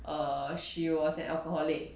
err she was an alcoholic